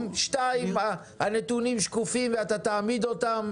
שניים, הנתונים שקופים ואתה תעמיד אותם.